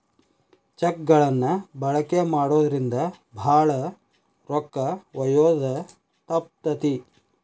check ಗಳನ್ನ ಬಳಕೆ ಮಾಡೋದ್ರಿಂದ ಭಾಳ ರೊಕ್ಕ ಒಯ್ಯೋದ ತಪ್ತತಿ